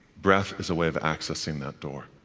breath is a way of accessing that door.